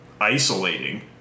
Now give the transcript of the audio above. isolating